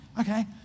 Okay